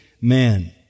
man